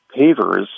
pavers